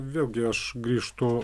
vėlgi aš grįžtu